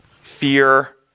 fear